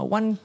One